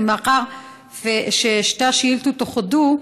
ומאחר ששתי השאילתות אוחדו,